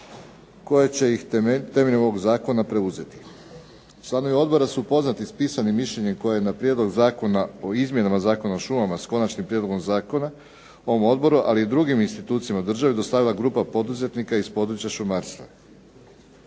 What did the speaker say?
koje će ih temeljem ovoga zakona preuzeti. Članovi odbora su upoznati s pisanim mišljenjem koje je na Prijedlog zakona o izmjenama Zakona o šumama s konačnim prijedlogom zakona ovom odboru ali i drugim institucijama države dostavila grupa poduzetnika iz područja šumarstva.